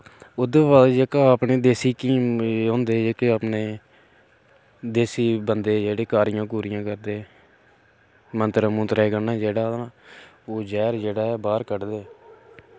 ओह्दे बाद जेह्का आपने देसी हकीम होंदे जेह्के आपने देसी बंदे जेह्ड़े कारियां कुरियां करदे मंत्रे मुंत्रे कन्नै जेह्ड़ा ओह् जेह्र जेह्ड़ा ऐ बाह्र कड्ढदे